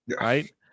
right